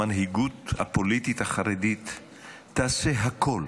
המנהיגות הפוליטית החרדית תעשה הכול